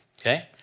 okay